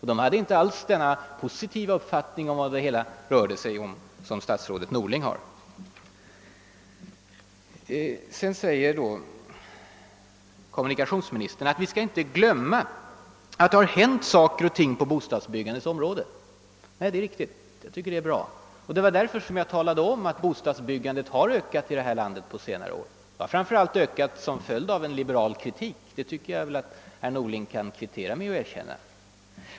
De hade inte alls den positiva uppfattning om vad det hela rörde sig om som statsrådet Norling nu gör gällande. Kommunikationsministern säger att vi inte skall glömma att saker och ting har hänt på bostadsbyggandets område. Det är riktigt. Det har hänt saker, och det är bra. Det var också därför som jag talade om att bostadsbyggandet har ökat på senare år. Framför allt är det en följd av liberal kritik: det kan nog herr Norling kvittera med att erkänna.